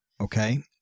Okay